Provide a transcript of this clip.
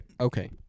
Okay